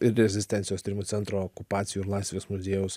ir rezistencijos tyrimo centro okupacijų ir laisvės muziejaus